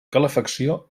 calefacció